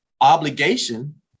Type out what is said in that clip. obligation